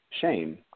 shame